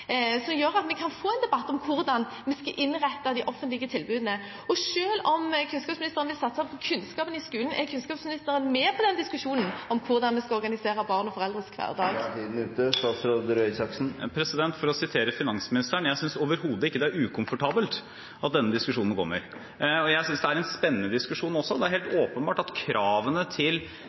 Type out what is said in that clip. som gjør at vi kan få en debatt om hvordan vi skal innrette de offentlige tilbudene. Og selv om kunnskapsministeren vil satse på kunnskapen i skolen – er kunnskapsministeren med på den diskusjonen om hvordan vi skal organisere barns og foreldres hverdag? For å sitere finansministeren: Jeg synes overhodet ikke det er ukomfortabelt at denne diskusjonen kommer. Jeg synes det er en spennende diskusjon også. Foreldrenes hverdag i dag er